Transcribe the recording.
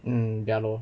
hmm ya lor